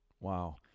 Wow